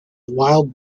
wild